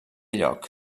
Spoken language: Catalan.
lloc